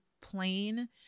plain